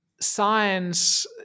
Science